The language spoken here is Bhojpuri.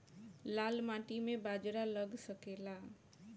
लाल माटी मे बाजरा लग सकेला?